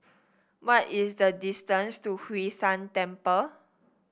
what is the distance to Hwee San Temple